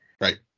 Right